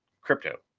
crypto